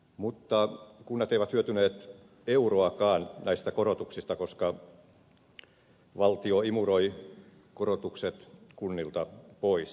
mutta kunnat eivät hyötyneet euroakaan näistä korotuksista koska valtio imuroi korotukset kunnilta pois